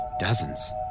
Dozens